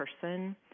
person